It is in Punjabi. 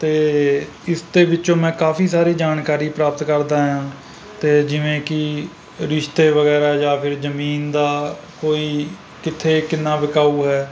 ਅਤੇ ਇਸ ਦੇ ਵਿੱਚੋਂ ਮੈਂ ਕਾਫੀ ਸਾਰੀ ਜਾਣਕਾਰੀ ਪ੍ਰਾਪਤ ਕਰਦਾ ਹਾਂ ਅਤੇ ਜਿਵੇਂ ਕਿ ਰਿਸ਼ਤੇ ਵਗੈਰਾ ਜਾਂ ਫਿਰ ਜ਼ਮੀਨ ਦਾ ਕੋਈ ਕਿੱਥੇ ਕਿੰਨਾ ਵਿਕਾਊ ਹੈ